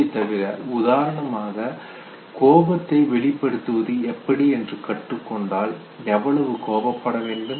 G தவிர உதாரணமாக கோபத்தை வெளிப்படுத்துவது எப்படி என்று கற்றுக் கொண்டால் எவ்வளவு கோபப்பட வேண்டும்